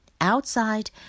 Outside